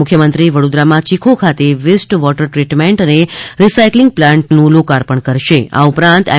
મુખ્યમંત્રી વડોદરામાં ચીખો ખાતે વેસ્ટ વોટર ટ્રીટમેન્ટ અને રીસાયકલીંગ પ્લાન્ટનું લોકાપર્ણ કરશે આ ઉપરાંત એમ